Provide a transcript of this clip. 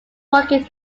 working